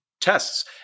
tests